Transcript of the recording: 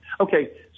Okay